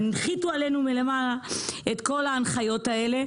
הנחיתו עלינו מלמעלה את כל ההנחיות האלה.